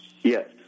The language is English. Yes